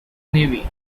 navy